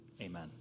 Amen